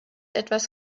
etwas